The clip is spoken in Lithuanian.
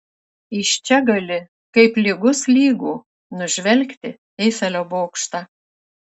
iš čia gali kaip lygus lygų nužvelgti eifelio bokštą